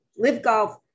LiveGolf